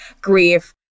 grief